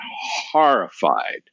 horrified